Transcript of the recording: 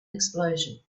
explosion